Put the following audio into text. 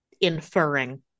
inferring